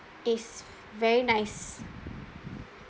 it's very nice